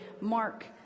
Mark